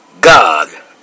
God